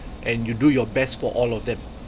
and you do your best for all of them